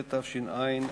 3), התש"ע 2010,